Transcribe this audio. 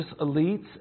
elites